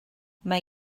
mae